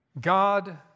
God